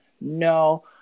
No